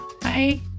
Bye